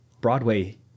Broadway